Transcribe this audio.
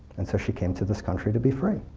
and so she came to this country to be free.